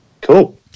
Cool